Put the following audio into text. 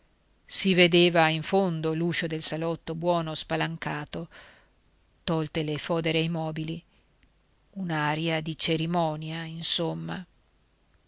si vedeva in fondo l'uscio del salotto buono spalancato tolte le fodere ai mobili un'aria di cerimonia insomma